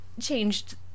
changed